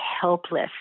helpless